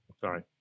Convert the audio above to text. sorry